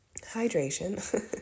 hydration